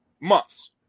Months